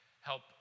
help